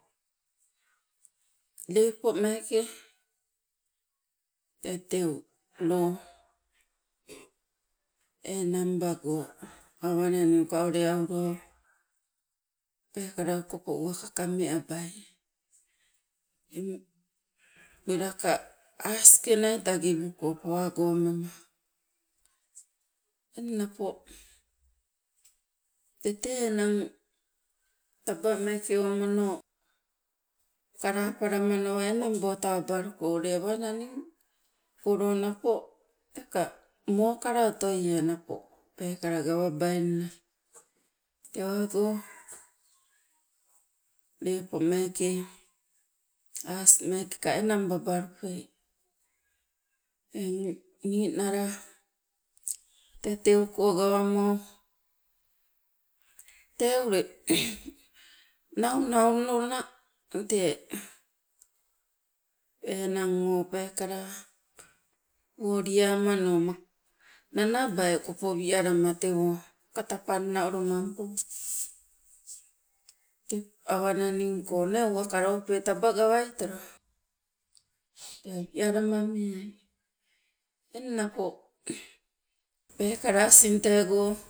Lepo meeke tee teu loo enang bago awananing oka ule au loo peekala uwaka okopo kame abai, eng welaka asike nai tagibuko pawago mema. Eng napo tete enang taba meeke owamano kalapalamanawa enang botawabaluko ule awananing akolo napo teka mokala otoie napo peekala gawabainna, tewago lepo meeke asi meekeka enang babalupe. Eng ninala tee teuko gawamo tee ule naunaulona tee enang o peekala woliamano nanabai okopo wialama tewo kata panna olomampo, tee awananingko o nee uwaka taba gawaitolo tee wialama melai. Eng napo pekala asing teego